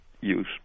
use